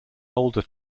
older